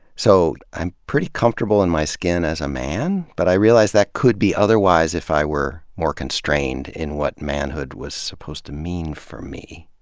so i'm pretty comfortable in my skin as a man, but i realize that could be otherwise if i were more constrained in what manhood was supposed to mean for me.